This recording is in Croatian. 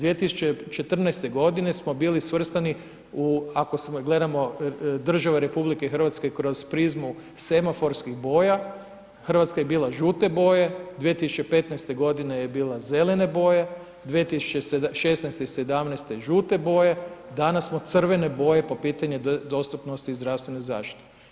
2014. godine, smo bili svrstani u, ako gledamo države Republike Hrvatske kroz prizmu semaforskih boja, Hrvatska je bila žute boje, 2015. godine je bila zelene boje, 2016. i 2017. žute boje, danas smo crvene boje po pitanju dostupnosti zdravstvene zaštite.